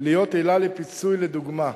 להיות עילה לפיצוי לדוגמה.